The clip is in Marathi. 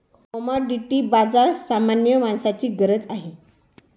कमॉडिटी बाजार सामान्य माणसाची गरज आहे